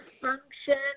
function